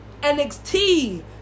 NXT